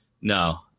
No